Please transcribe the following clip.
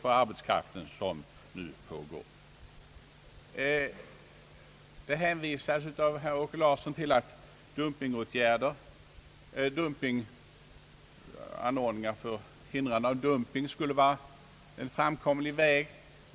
Herr Åke Larsson hänvisar till att anordningar för hindrande av dumping skulle vara en framkomlig väg.